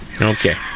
Okay